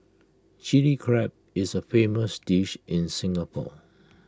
Chilli Crab is A famous dish in Singapore